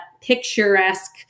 picturesque